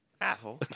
Asshole